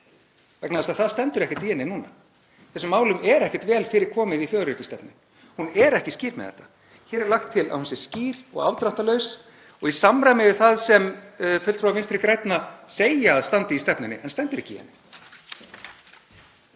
kjarnavopn? Það stendur ekkert í henni núna og þessum málum er ekki vel fyrir komið í þjóðaröryggisstefnunni. Hún er ekki skýr með þetta. Hér er lagt til að hún verði skýr og afdráttarlaus og í samræmi við það sem fulltrúar Vinstri grænna segja að standi í stefnunni, en stendur ekki í henni.